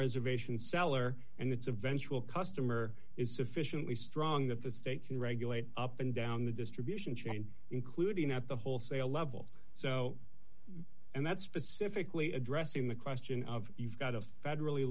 reservation seller and it's a vengeful customer is sufficiently strong that the state can regulate up and down the distribution chain including at the wholesale level so and that's specifically addressing the question of you've got a federally